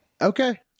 Okay